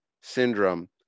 syndrome